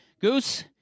Goose